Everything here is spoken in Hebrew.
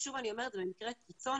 שוב אני אומרת, זה במקרי קיצון.